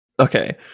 Okay